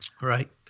right